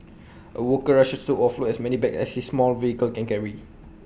A worker rushes to offload as many bags as his small vehicle can carry